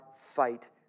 fight